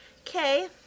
okay